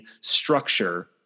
structure